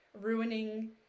ruining